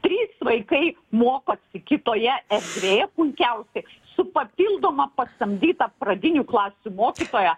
trys vaikai mokosi kitoje erdvėje puikiausiai su papildoma pasamdyta pradinių klasių mokytoja